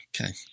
Okay